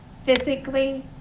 physically